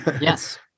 Yes